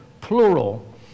plural